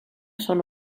són